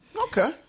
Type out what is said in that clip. Okay